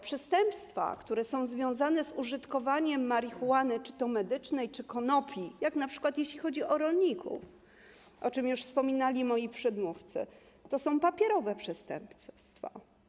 Przestępstwa związane z użytkowaniem marihuany, czy to medycznej, czy to konopi, np. jeśli chodzi o rolników, o czym już wspominali moi przedmówcy, to papierowe przestępstwa.